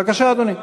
בבקשה, אדוני.